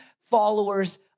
followers